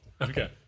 Okay